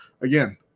again